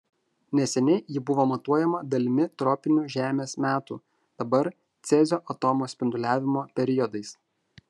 neseniai ji buvo matuojama dalimi tropinių žemės metų dabar cezio atomo spinduliavimo periodais